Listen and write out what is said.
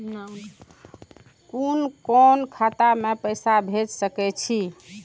कुन कोण खाता में पैसा भेज सके छी?